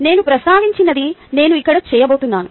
నేను ప్రస్తావించినది నేను ఇక్కడ చేయబోతున్నాను